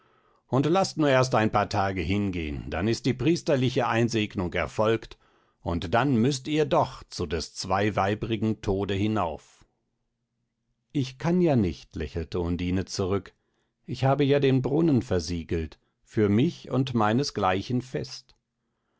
und laßt nur erst ein paar tage hingehn dann ist die priesterliche einsegnung erfolgt und dann müßt ihr doch zu des zweiweibrigen tode hinauf ich kann ja nicht lächelte undine zurück ich habe ja den brunnen versiegelt für mich und meinesgleichen fest